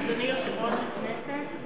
אדוני יושב-ראש הכנסת,